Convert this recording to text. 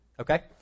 Okay